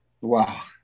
wow